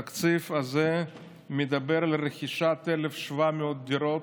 התקציב הזה מדבר על רכישת 1,700 דירות,